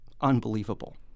Unbelievable